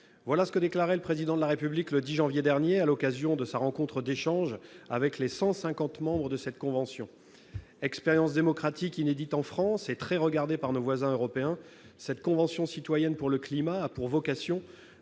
propos tenus par le Président de la République le 10 janvier dernier, à l'occasion de la rencontre d'échanges avec les 150 membres de cette convention. Expérience démocratique inédite en France et très regardée par nos voisins européens, la Convention citoyenne pour le climat a pour vocation